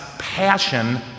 passion